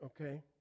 okay